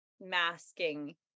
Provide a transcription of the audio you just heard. masking